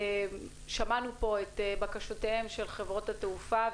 שמענו פה את בקשותיהן של חברות התעופה,